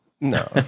No